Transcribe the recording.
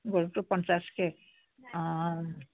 গৰুটো পঞ্চাছকৈ অঁ